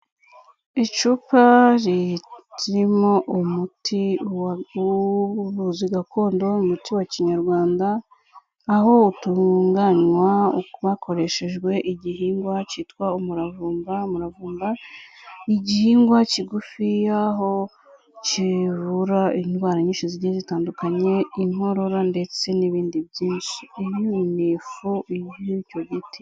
Icupa ririmo umuti w''ubuvuzi gakondo, umuti wa kinyarwanda, aho utunganywa hakoreshejwe igihingwa cyitwa umuravumba, umuravumba ni igihingwa kigufi aho kivura indwara nyinshi zi zitandukanye, inkorora, ndetse n'ibindi byinshi. Iyi ni ifu y'icyo giti.